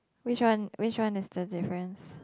which one which one is the difference